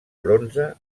bronze